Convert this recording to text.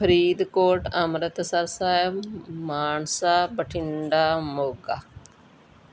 Faridkot Amritsar Sahib Mansa Bathinda Moga